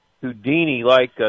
Houdini-like